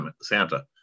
Santa